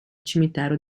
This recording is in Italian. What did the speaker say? cimitero